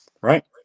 right